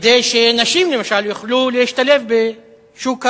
כדי שנשים, למשל, יוכלו להשתלב בשוק העבודה.